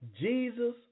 Jesus